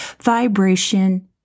vibration